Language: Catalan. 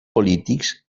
polítics